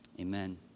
Amen